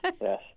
yes